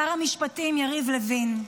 שר המשפטים יריב לוין,